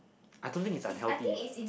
I don't think it's unhealthy